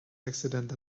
accident